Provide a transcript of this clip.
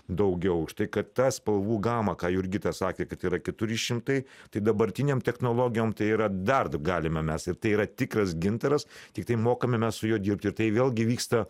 daugiau už tai kad tą spalvų gamą ką jurgita sakė kad yra keturi šimtai tai dabartinėm technologijom tai yra dar d galime mes ir tai yra tikras gintaras tiktai mokame mes su juo dirbt ir tai vėlgi vyksta